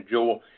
Joel